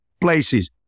places